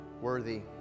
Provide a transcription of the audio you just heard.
worthy